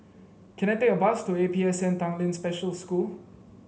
can I take a bus to A P S N Tanglin Special School